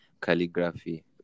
calligraphy